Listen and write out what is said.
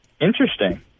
Interesting